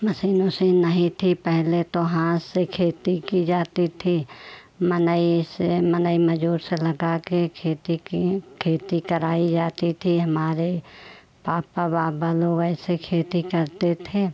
machine ओसीन नहीं थी पहले तो हाथ से खेती की जाती थी मनई से मनई मज़दूर से लगा के खेती की खेती कराई जाती थी हमारे पापा बाबा लोग ऐसे खेती करते थे